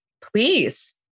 Please